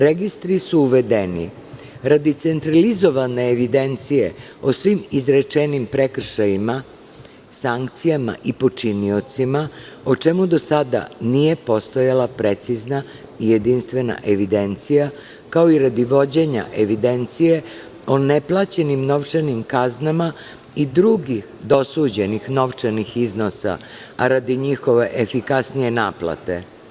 Registri su uvedeni radi centralizovane evidencije o svim izrečenim prekršajima, sankcijama i počiniocima, o čemu do sada nije postojala precizna i jedinstvena evidencija, kao i radi vođenja evidencije o neplaćenim novčanim kaznama i drugih dosuđenih novčanih iznosa, a radi njihove efikasnije naplate.